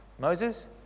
Moses